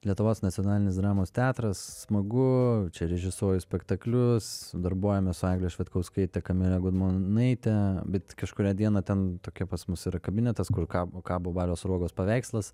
lietuvos nacionalinis dramos teatras smagu čia režisuoju spektaklius darbuojamės su egle švedkauskaite kamile gudmonaite bet kažkurią dieną ten tokia pas mus yra kabinetas kur kabo kabo balio sruogos paveikslas